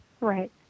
Right